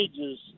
ages